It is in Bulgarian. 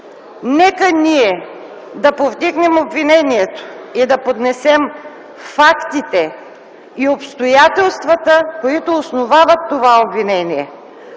Нека ние да повдигнем обвинението и да поднесем фактите и обстоятелствата, които основават това обвинение,